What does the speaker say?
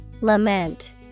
Lament